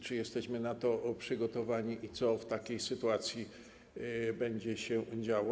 Czy jesteśmy na to przygotowani i co w takiej sytuacji będzie się działo?